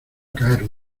caer